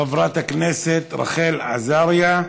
חברת הכנסת רחל עזריה,